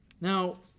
Now